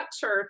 Church